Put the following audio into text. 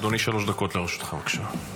אדוני, שלוש דקות לרשותך, בבקשה.